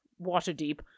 Waterdeep